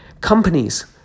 Companies